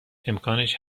امکانش